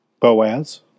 Boaz